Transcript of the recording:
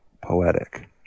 poetic